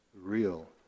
real